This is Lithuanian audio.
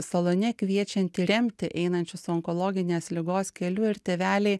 salone kviečianti remti einančius onkologinės ligos keliu ir tėveliai